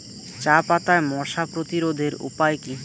চাপাতায় মশা প্রতিরোধের উপায় কি?